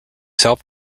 self